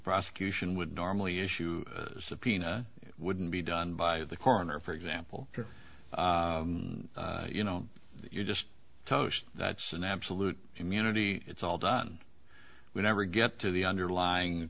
prosecution would normally issue a subpoena wouldn't be done by the coroner for example you know you're just toast that's an absolute immunity it's all done we never get to the underlying